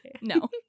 no